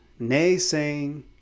naysaying